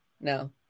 no